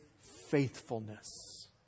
faithfulness